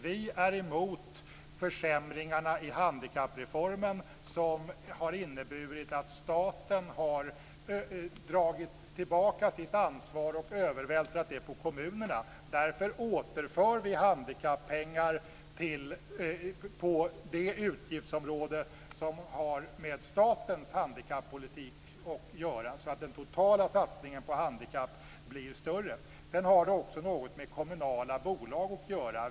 Vi är emot försämringarna i handikappreformen som har inneburit att staten har dragit tillbaka sitt ansvar och övervältrat det på kommunerna. Därför återför vi handikappengar på det utgiftsområde som har med statens handikappolitik att göra, så att den totala satsningen på handikappade blir större. Detta har också något med kommunala bolag att göra.